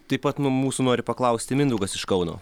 taip pat nuo mūsų nori paklausti mindaugas iš kauno